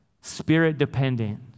spirit-dependent